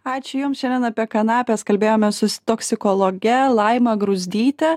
ačiū jums šiandien apie kanapes kalbėjomės su toksikologe laima gruzdyte